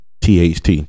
THT